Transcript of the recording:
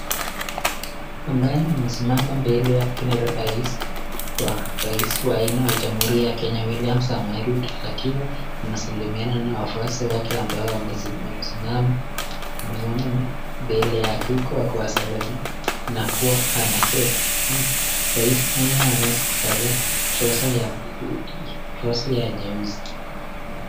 ambaye amesimama mbele yake ni rais wa eneo la jamhuri ya kenya william samoe ruto akiwa anasalimiana na wafuwasi wake ambao wamesimama wamesimama mbele yake uku akiwasalamia na kuwa anacheka rais naye ameweza kuvalia [trouser] nyeusi